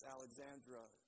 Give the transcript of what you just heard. Alexandra